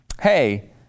hey